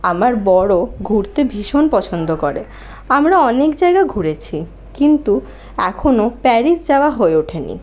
আমার বরও ঘুরতে ভীষণ পছন্দ করে আমরা অনেক জায়গা ঘুরেছি কিন্তু এখনো প্যারিস যাওয়া হয়ে ওঠেনি